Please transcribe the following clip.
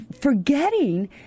forgetting